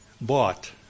bought